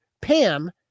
Pam